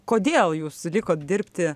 kodėl jūs sutikot dirbti